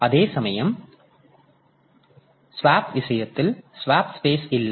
அதேசமயம் ஸ்வாப் விஷயத்தில் swap space இல்லை